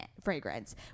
fragrance